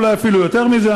אולי אפילו יותר מזה,